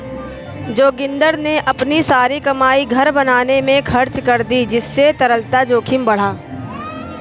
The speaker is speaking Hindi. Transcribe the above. जोगिंदर ने अपनी सारी कमाई घर बनाने में खर्च कर दी जिससे तरलता जोखिम बढ़ा